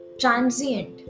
transient